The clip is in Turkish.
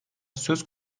söz